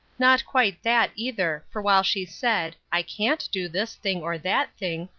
not quite that, either, for while she said, i can't do this thing, or that thing,